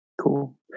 Cool